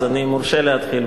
אז אני מורשה להתחיל.